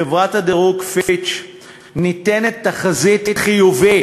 בחברת הדירוג "פיץ'" ניתנת תחזית חיובית,